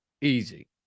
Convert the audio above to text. easy